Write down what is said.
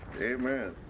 Amen